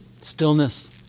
stillness